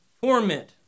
torment